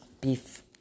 beef